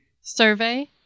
Survey